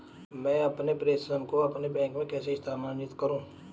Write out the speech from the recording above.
मैं अपने प्रेषण को अपने बैंक में कैसे स्थानांतरित करूँ?